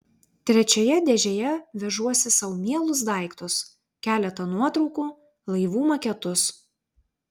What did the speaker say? trečioje dėžėje vežuosi sau mielus daiktus keletą nuotraukų laivų maketus